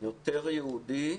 יותר יהודי,